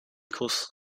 kuss